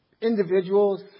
individuals